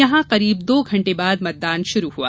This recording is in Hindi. यहां करीब दो घंटे बाद मतदान शुरू हुआ